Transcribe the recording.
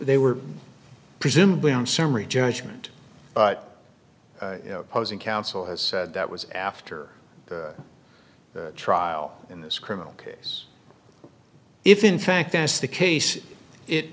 they were presumably on summary judgment but opposing counsel has said that was after the trial in this criminal case if in fact that's the case it